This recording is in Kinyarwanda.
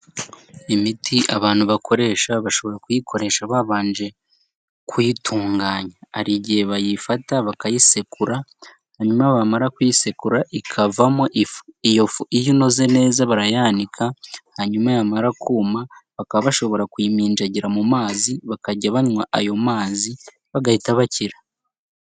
Imiti abantu bakoresha bashobora kuyikoresha babanje kuyitunganya. Hari igihe bayifata bakayisekura hanyuma bamara kuyisekura ikavamo ifu. Iyo fu iyo inoze neza barayanika, hanyuma yamara kuma bakaba bashobora kuyiminjagira mu mazi, bakajya banywa ayo mazi bagahita bakira.